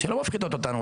שלא מפחידות אותנו,